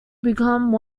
become